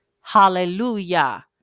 Hallelujah